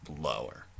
Lower